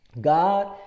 god